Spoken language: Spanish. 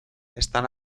están